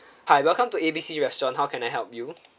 hi welcome to A B C restaurant how can I help you